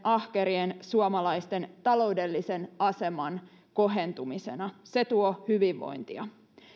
ahkerien suomalaisten taloudellisen aseman kohentumisena se tuo hyvinvointia